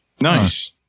Nice